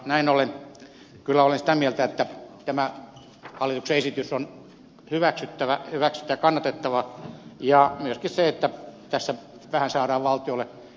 näin ollen kyllä olen sitä mieltä että tämä hallituksen esitys on hyväksyttävä ja kannatettava ja että tässä myöskin vähän saadaan valtiolle lisätuloja